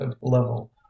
level